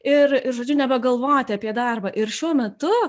ir žodžiu nebegalvoti apie darbą ir šiuo metu